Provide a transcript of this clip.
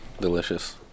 delicious